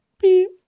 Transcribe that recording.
beep